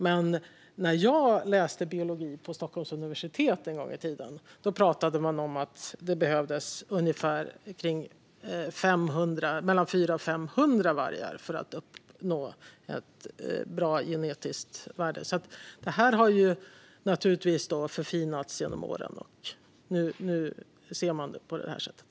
Men när jag en gång i tiden läste biologi på Stockholms universitet pratade man om att det behövdes mellan 400 och 500 vargar för att uppnå ett bra genetiskt värde. Det har alltså förfinats genom åren. Nu ser man på det på det här sättet.